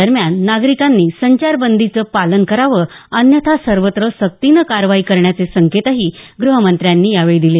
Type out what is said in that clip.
दरम्यान नागरिकांनी संचारबंदीचं पालन करावं अन्यथा सर्वत्र सक्तीनं कारवाई करण्याचे संकेतही गृहमंत्र्यांनी यावेळी दिले